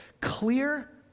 clear